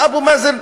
למה אבו מאזן,